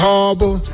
Harbor